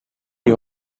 you